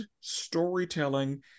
storytelling